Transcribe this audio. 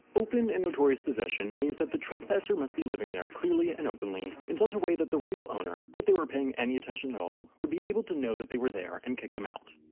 open and notorious possession means that the trespasser must be living there clearly and openly, in such a way that the real owner, if they were paying any attention at all, would be able to know that they are there and kick them out.